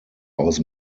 aus